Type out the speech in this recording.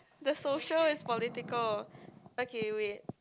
the social is political okay wait